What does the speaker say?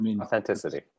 Authenticity